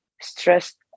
stressed